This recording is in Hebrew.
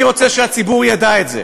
אני רוצה שהציבור ידע את זה.